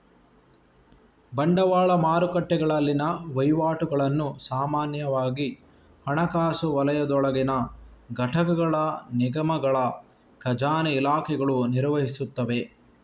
ಬಂಡವಾಳ ಮಾರುಕಟ್ಟೆಗಳಲ್ಲಿನ ವಹಿವಾಟುಗಳನ್ನು ಸಾಮಾನ್ಯವಾಗಿ ಹಣಕಾಸು ವಲಯದೊಳಗಿನ ಘಟಕಗಳ ನಿಗಮಗಳ ಖಜಾನೆ ಇಲಾಖೆಗಳು ನಿರ್ವಹಿಸುತ್ತವೆ